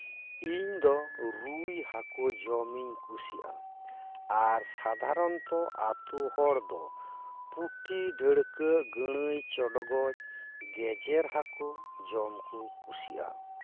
ᱤᱧ ᱫᱚ ᱨᱩᱭ ᱦᱟᱹᱠᱩ ᱡᱚᱢ ᱤᱧ ᱠᱩᱥᱤᱜᱼᱟ ᱟᱨ ᱥᱟᱫᱷᱟᱨᱚᱱᱚᱛᱚ ᱟᱛᱳ ᱦᱚᱲ ᱫᱚ ᱯᱩᱴᱷᱤ ᱰᱟᱹᱲᱠᱟᱹ ᱜᱟᱹᱬᱟᱹᱭ ᱪᱚᱲᱜᱚᱡ ᱜᱮᱡᱮᱨ ᱦᱟᱹᱠᱩ ᱡᱚᱢ ᱠᱚ ᱠᱩᱥᱤᱜ ᱟ